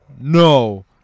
no